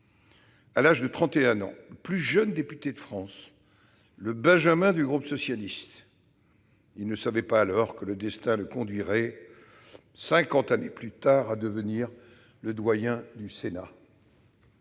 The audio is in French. À l'âge de 31 ans, il fut alors le plus jeune député de France et le benjamin du groupe socialiste. Il ne savait pas encore que le destin le conduirait, cinquante années plus tard, à devenir le doyen du Sénat.